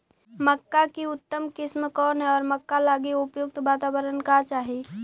मक्का की उतम किस्म कौन है और मक्का लागि उपयुक्त बाताबरण का चाही?